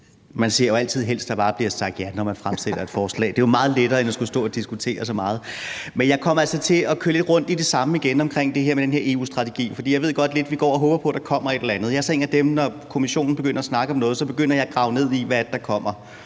Man ser jo altid helst, at der bare bliver sagt ja, når man fremsætter et forslag, det er jo meget lettere end at skulle stå og diskutere så meget. Men jeg kommer altså til at køre lidt rundt i det samme igen omkring den her EU-strategi, for jeg ved godt, at vi lidt håber på, at der kommer et eller andet. Jeg er så en af dem, der, når Kommissionen begynder at snakke om noget, begynder at grave ned i, hvad det er,